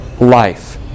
life